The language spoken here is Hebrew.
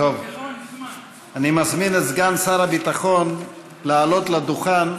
אני מזמין את סגן שר הביטחון לעלות לדוכן